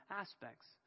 aspects